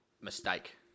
mistake